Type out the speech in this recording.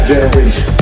generation